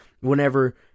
whenever